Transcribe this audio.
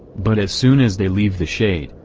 but as soon as they leave the shade,